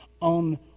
on